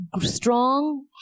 strong